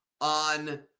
on